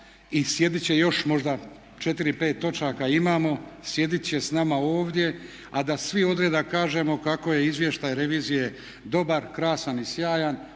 i sjedit će još možda 4, 5 točaka imamo, sjedit će s nama ovdje a da svi odreda kažemo kako je izvještaj revizije dobar, krasan i sjajan